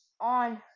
on